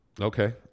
Okay